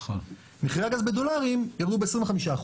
מחירי הגז בדולרים ירדו ב-25%.